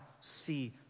see